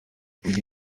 njye